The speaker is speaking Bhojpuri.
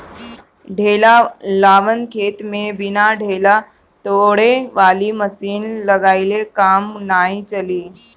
ढेला वालन खेत में बिना ढेला तोड़े वाली मशीन लगइले काम नाइ चली